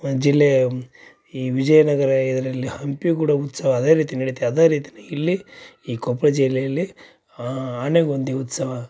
ಜಿಲ್ಲೆ ಈ ವಿಜಯನಗರ ಇದರಲ್ಲಿ ಹಂಪಿ ಕೂಡ ಉತ್ಸವ ಅದೇ ರೀತಿ ನಡಿಯುತ್ತೆ ಅದೇ ರೀತಿನೇ ಇಲ್ಲಿ ಈ ಕೊಪ್ಪಳ ಜಿಲ್ಲೆಯಲ್ಲಿ ಆನೆಗುಂದಿ ಉತ್ಸವ